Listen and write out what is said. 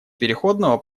переходного